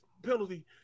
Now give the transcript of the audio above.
penalty